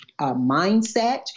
mindset